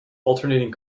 alternating